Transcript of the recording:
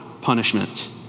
punishment